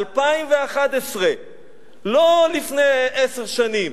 בינואר 2011. לא לפני עשר שנים.